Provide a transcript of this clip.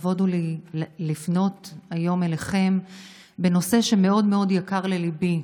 לכבוד הוא לפי לפנות היום אליכם בנושא שמאוד מאוד יקר לליבי.